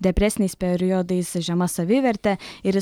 depresiniais periodais žema saviverte ir jis